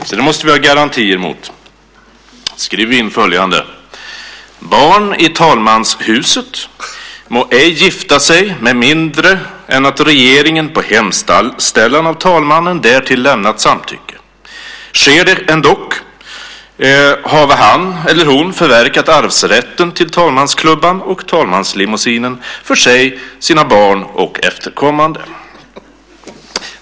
Så det måste vi ha garantier mot. Då skriver vi in följande: Barn i talmanshuset må ej gifta sig med mindre än att regeringen på hemställan av talmannen därtill lämnat samtycke. Sker det ändock hava han eller hon förverkat arvsrätten till talmansklubban och talmanslimousinen för sig, sina barn och efterkommande.